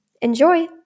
Enjoy